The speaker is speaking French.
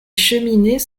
cheminées